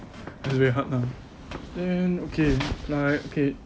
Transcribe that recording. it's very hard lah then okay like okay